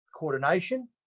coordination